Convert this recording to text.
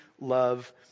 love